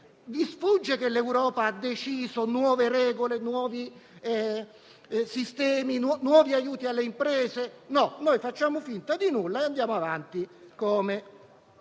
Vi sfugge che l'Europa ha deciso nuove regole, nuovi sistemi, nuovi aiuti alle imprese. Noi facciamo finta di nulla e andiamo avanti